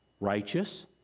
righteous